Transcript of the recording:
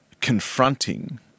confronting